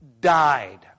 died